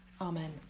Amen